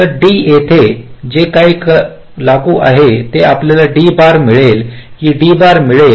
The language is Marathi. तर D येथे जे काही लागू आहे ते आपल्याला D बार मिळेल ही D बार मिळेल